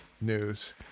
news